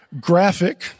Graphic